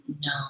No